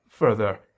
Further